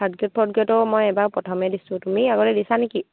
third grade fourth গেডৰো মই এবাৰ প্ৰথমে দিছোঁ তুমি আগতে দিছানে কি